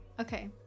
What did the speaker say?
Okay